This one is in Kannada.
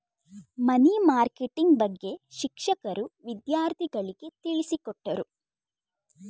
ಮನಿ ಮಾರ್ಕೆಟಿಂಗ್ ಬಗ್ಗೆ ಶಿಕ್ಷಕರು ವಿದ್ಯಾರ್ಥಿಗಳಿಗೆ ತಿಳಿಸಿಕೊಟ್ಟರು